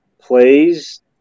plays